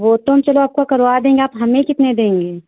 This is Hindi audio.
वो तो हम चलो आपका करवा देंगे आप हमें कितने देंगे